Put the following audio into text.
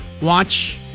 watch